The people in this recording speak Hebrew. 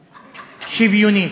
שוויונית.